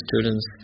students